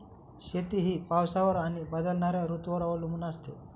शेती ही पावसावर आणि बदलणाऱ्या ऋतूंवर अवलंबून असते